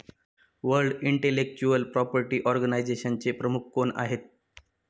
World intellectual property ऑर्गनायझेशनचे प्रमुख कोण आहेत?